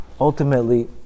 ultimately